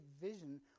vision